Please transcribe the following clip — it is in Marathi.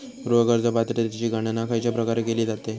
गृह कर्ज पात्रतेची गणना खयच्या प्रकारे केली जाते?